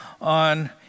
on